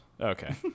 Okay